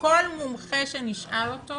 כל מומחה שנשאל אותו